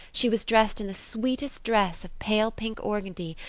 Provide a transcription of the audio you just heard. she was dressed in the sweetest dress of pale-pink organdy,